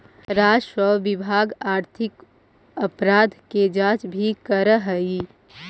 राजस्व विभाग आर्थिक अपराध के जांच भी करऽ हई